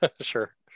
Sure